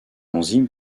enzyme